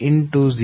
0894 0